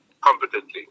competently